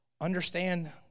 understand